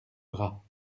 bras